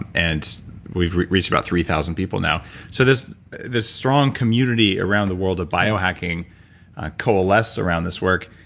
and and we've reached about three thousand people now so this this strong community around the world of biohacking coalesced around this work,